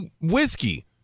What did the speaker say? whiskey